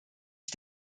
ich